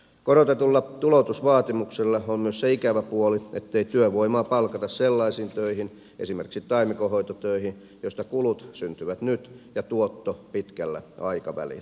korotetulla tuloutusvaatimuksella on myös se ikävä puoli ettei työvoimaa palkata sellaisiin töihin esimerkiksi taimikonhoitotöihin joista kulut syntyvät nyt ja tuotto pitkällä aikavälillä